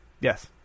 Yes